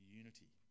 unity